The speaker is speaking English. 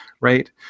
Right